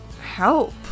help